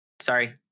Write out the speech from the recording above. sorry